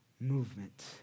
Movement